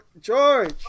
George